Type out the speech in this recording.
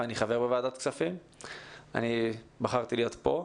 ואני חבר ועדת הכספים אבל בחרתי להיות כאן.